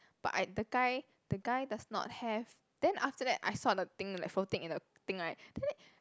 but I the guy the guy does not have then after that I saw the thing like floating in the thing right then